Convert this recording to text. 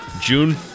June